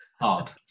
Hard